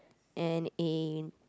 and a